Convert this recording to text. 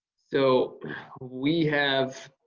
so we have